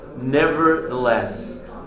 Nevertheless